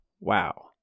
Wow